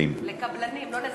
לקבלנים, לא לזכאים.